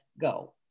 go